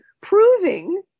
proving